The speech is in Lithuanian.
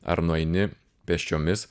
ar nueini pėsčiomis